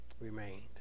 remained